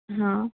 ହଁ